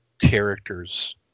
character's